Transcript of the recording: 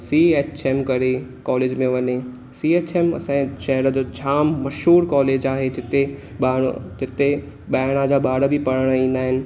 C H M करे college में वञे सी एच एम असांजे शहर जो जाम मशहूर कॉलेज आहे जीते ॿार जिते ॿाहिरां जा ॿार बि पढ़ण ईंदा आहिनि